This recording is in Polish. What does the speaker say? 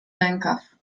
rękaw